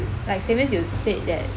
like savings you said that